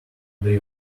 today